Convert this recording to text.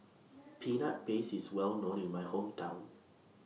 Peanut Paste IS Well known in My Hometown